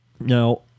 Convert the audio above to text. Now